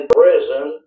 prison